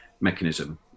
mechanism